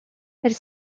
elle